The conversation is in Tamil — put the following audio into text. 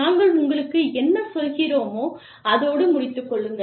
நாங்கள் உங்களுக்கு என்ன சொல்கிறோமோ அதோடு முடித்துக் கொள்ளுங்கள்